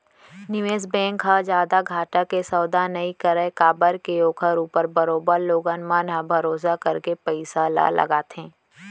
निवेस बेंक ह जादा घाटा के सौदा नई करय काबर के ओखर ऊपर बरोबर लोगन मन ह भरोसा करके पइसा ल लगाथे